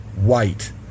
white